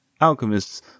alchemists